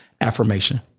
affirmation